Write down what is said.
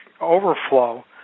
overflow